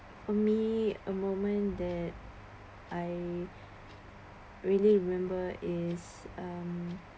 for me a moment that I really remember is um